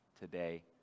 today